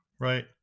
Right